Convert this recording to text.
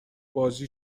بازی